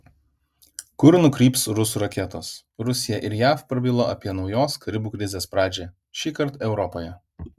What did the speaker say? kur nukryps rusų raketos rusija ir jav prabilo apie naujos karibų krizės pradžią šįkart europoje